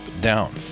down